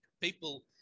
people